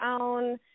own